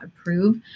approve